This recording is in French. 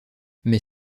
mais